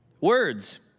Words